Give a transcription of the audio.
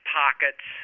pockets